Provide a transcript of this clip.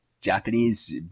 Japanese